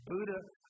Buddha